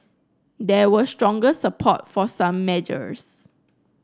there was stronger support for some measures